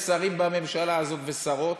יש שרים בממשלה הזאת, ושרות,